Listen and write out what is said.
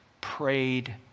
prayed